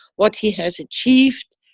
what he has achieved,